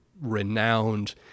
renowned